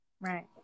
Right